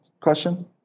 question